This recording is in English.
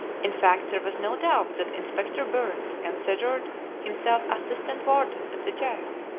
in fact, there was no doubt that inspector byrnes considered himself assistant warden at the jail,